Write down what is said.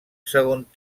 segon